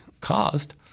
caused